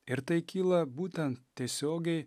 ir tai kyla būtent tiesiogiai